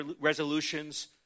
resolutions